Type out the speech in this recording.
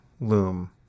loom